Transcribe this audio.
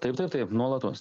taip taip taip nuolatos